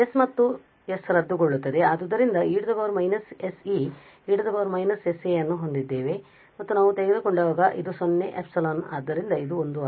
ಆದ್ದರಿಂದ ಈ s ಮತ್ತು s ರದ್ದುಗೊಳಿಸಲಾಗಿದೆ ಆದ್ದರಿಂದ ನಾವು e −sε e −sa ಅನ್ನು ಹೊಂದಿದ್ದೇವೆ ಮತ್ತು ನಾವು ತೆಗೆದುಕೊಂಡಾಗ ಇದು 0 ಗೆ ε ಆದ್ದರಿಂದ ಇದು 1 ಆಗಿದೆ